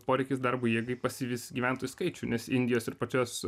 poreikis darbo jėgai pasivis gyventojų skaičių nes indijos ir pačios